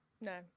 No